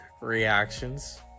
reactions